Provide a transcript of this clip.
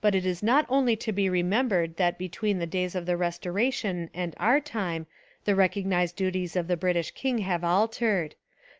but it is not only to be remembered that between the days of the restoration and our time the recognised duties of the british king have altered